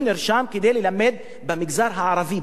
אני נרשם כדי ללמד במגזר הערבי,